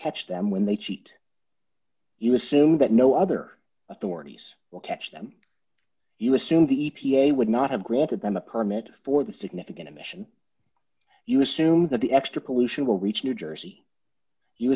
catch them when they cheat you assume that no other authorities will catch them you assume the e p a would not have granted them a permit for the significant emission you assume that the extra pollution will reach new jersey you